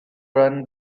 run